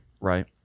right